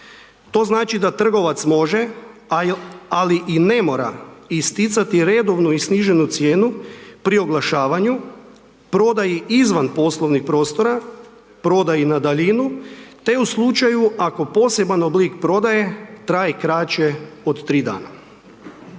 To znači da trgovac može, ali i ne mora isticati redovnu i sniženu cijenu pri oglašavanju, prodaji izvan poslovnih prostora, prodaji na daljinu, te u slučaju ako posebni oblik prodaje traje kraća od 3 dana.